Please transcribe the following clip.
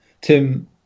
Tim